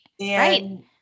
right